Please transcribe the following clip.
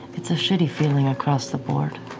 it's a shitty feeling across the board.